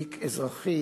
תיק אזרחי